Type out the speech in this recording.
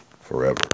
forever